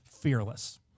fearless